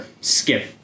skip